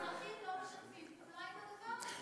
התושבים לא משתפים פעולה עם הדבר הזה.